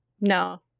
No